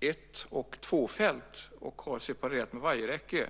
ett respektive två körfält och dessa separeras med vajerräcke.